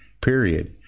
period